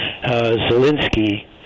Zelensky